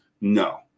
No